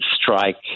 strike